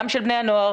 גם של בני הנוער,